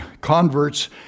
converts